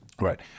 Right